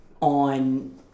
on